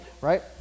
right